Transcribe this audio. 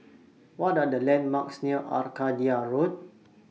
What Are The landmarks near Arcadia Road